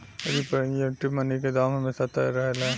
representative money के दाम हमेशा तय रहेला